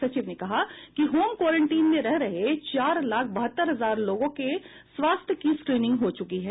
सचिव ने कहा कि होम क्वारेंटीन में रह रहे चार लाख बहत्तर हजार लोगों के स्वास्थ्य की स्क्रीनिंग हो चुकी है